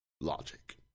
logic